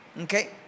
Okay